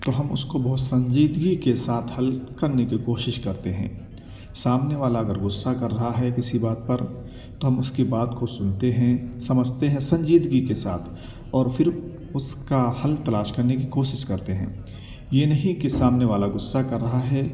تو ہم اس کو بہت سنجیدگی کے ساتھ حل کرنے کی کوشش کرتے ہیں سامنے والا اگر غصہ کر رہا ہے کسی بات پر تو ہم اس کی بات کو سنتے ہیں سمجھتے ہیں سنجیدگی کے ساتھ اور پھر اس کا حل تلاش کرنے کی کوشش کرتے ہیں یہ نہیں کہ سامنے والا غصہ کر رہا ہے